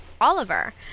Oliver